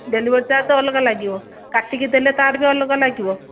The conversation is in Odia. ଡେଲିଭରୀ ଚାର୍ଜ ଅଲଗା ଲାଗିବ କାଟିକି ଦେଲେ ତାର ବି ଅଲଗା ଲାଗିବ